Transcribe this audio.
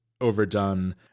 overdone